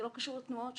זה לא קשור לתנועות,